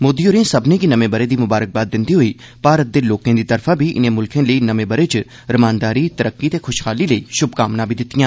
मोदी होरें सब्मने गी नमें ब'रे दी ममारकबाद दिंदे होई भारत दे लोकें दी तरफा बी इनें मुल्खें लेई नमें ब'रे च रमानदारी तरक्की ते खुशहाली लेई शुम कामनां बी दित्तियां